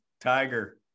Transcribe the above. tiger